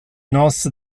nos